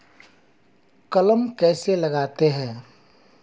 कलम कैसे लगाते हैं?